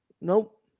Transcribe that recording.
Nope